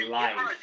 life